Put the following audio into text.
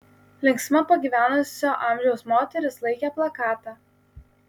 linksma pagyvenusio amžiaus moteris laikė plakatą